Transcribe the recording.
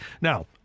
now